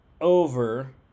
over